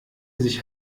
sich